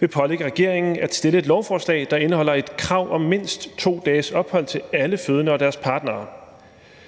vil pålægge regeringen at fremsætte et lovforslag, der indeholder et krav om mindst 2 dages ophold til alle fødende og deres partnere.